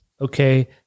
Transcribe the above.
okay